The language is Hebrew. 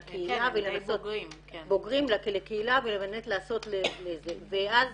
לקהילה ובאמת לנסות --- ואז